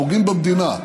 פוגעים במדינה.